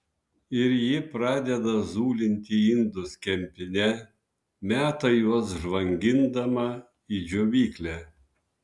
ir ji pradeda zulinti indus kempine meta juos žvangindama į džiovyklę